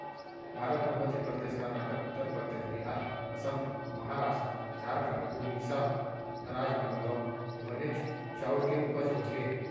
भारत म मध्य परदेस, करनाटक, उत्तर परदेस, बिहार, असम, महारास्ट, झारखंड, ओड़ीसा राज म घलौक बनेच चाँउर के उपज होथे